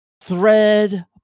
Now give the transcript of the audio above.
thread